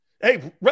Hey